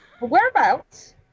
Whereabouts